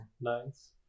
Nice